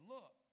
Look